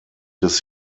des